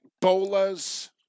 Bolas